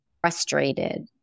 frustrated